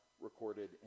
recorded